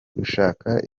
gushaka